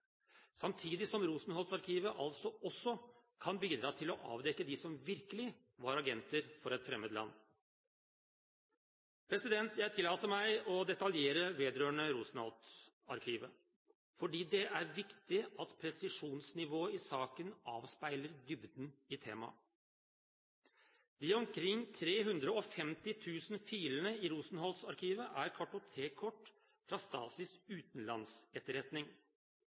samtidig som Rosenholz-arkivet altså også kan bidra til å avdekke dem som virkelig var agenter for et fremmed land. Jeg tillater meg å detaljere vedrørende Rosenholz-arkivet, fordi det er viktig at presisjonsnivået i saken avspeiler dybden i temaet. De omkring 350 000 filene i Rosenholz-arkivet er kartotekkort fra Stasis utenlandsetterretning.